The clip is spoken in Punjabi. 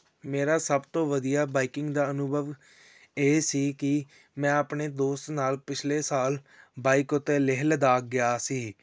ਮੇਰਾ ਸਭ ਤੋਂ ਵਧੀਆ ਬਾਈਕਿੰਗ ਦਾ ਅਨੁਭਵ ਇਹ ਸੀ ਕਿ ਮੈਂ ਆਪਣੇ ਦੋਸਤ ਨਾਲ ਪਿਛਲੇ ਸਾਲ ਬਾਈਕ ਉੱਤੇ ਲੇਹ ਲਦਾਖ ਗਿਆ ਸੀ